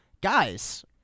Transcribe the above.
Guys